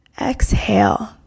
Exhale